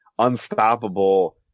Unstoppable